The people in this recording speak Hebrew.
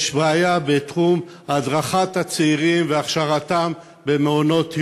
יש בעיה בתחום הדרכת הצעירים והכשרתם במעונות יום,